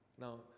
Now